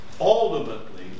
ultimately